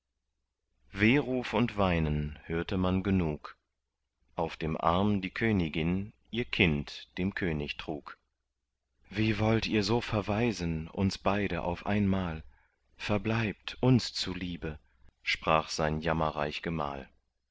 wehruf und weinen hörte man genug auf dem arm die königin ihr kind dem könig trug wie wollt ihr so verwaisen uns beide auf einmal verbleibt uns zuliebe sprach sein jammerreich gemahl